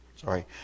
sorry